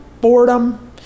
boredom